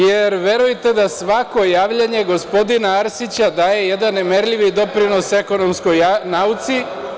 Jer, verujte da svako javljanje gospodina Arsića daje jedan nemerljivi doprinos ekonomskoj nauci.